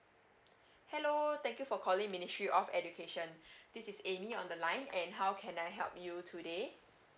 hello thank you for calling ministry of education this is amy on the line and how can I help you today